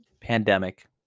pandemic